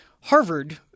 Harvard